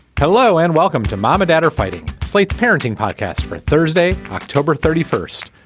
hello and welcome to mom and dad are fighting slate's parenting podcast for thursday october thirty first.